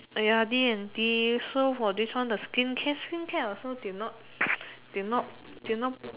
uh ya D and D so for this one the skincare skincare I also did not did not did not